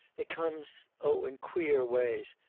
it comes oh, in queer ways.